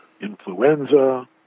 influenza